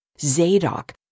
Zadok